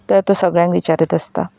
तें तो सगळ्यांक विचारीत आसता